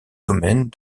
domaine